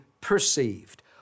perceived